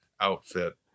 outfit